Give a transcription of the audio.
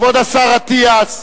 כבוד השר אטיאס,